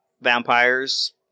vampires